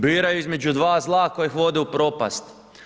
Biraju između dva zla koja ih vode u propast.